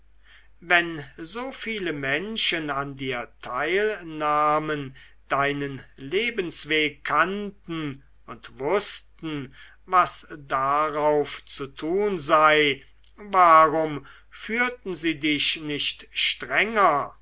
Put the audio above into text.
wenn so viele menschen an dir teilnahmen deinen lebensweg kannten und wußten was darauf zu tun sei warum führten sie dich nicht strenger